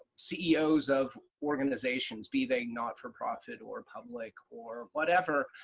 ceos of organizations, be they not-for-profit or public or whatever,